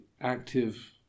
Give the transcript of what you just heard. active